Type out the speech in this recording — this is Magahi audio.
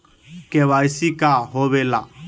के.वाई.सी का होवेला?